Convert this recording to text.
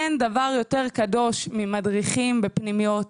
אין דבר יותר קדוש ממדריכים בפנימיות.